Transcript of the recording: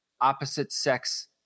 opposite-sex